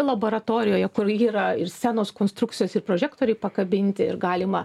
laboratorijoje kur yra ir scenos konstrukcijos ir prožektoriai pakabinti ir galima